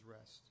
rest